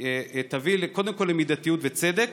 תביא קודם כול למידתיות וצדק,